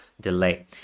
delay